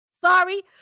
Sorry